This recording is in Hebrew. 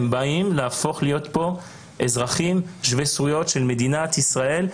הם באים להפוך להיות אזרחים שווי זכויות במדינת ישראל.